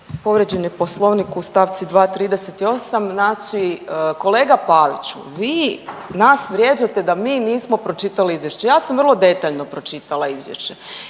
Povrijeđen je poslovnik 238., znači kolega Paviću vi nas vrijeđate da mi nismo pročitali izvješće. Ja sam vrlo detaljno pročitala izvješće